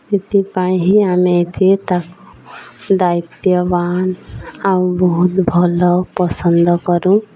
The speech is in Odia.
ସେଥିପାଇଁ ହିଁ ଆମେ ଏଥି ତାକୁ ଦାୟିତ୍ୱବାନ ଆଉ ବହୁତ ଭଲ ପସନ୍ଦ କରୁ